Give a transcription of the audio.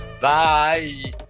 Bye